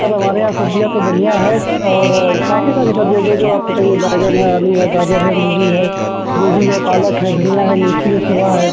sir हमारे यहाँ सब्ज़ियाँ तो बढ़िया हैं और काफ़ी सारी सब्ज़ियाँ जो जो आपको चाहिए बैंगन है आलू है गाजर है मूली है गोभी है पालक है धनिया है मेथी है सोआ है